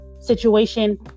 situation